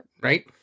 right